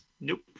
Nope